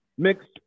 mixed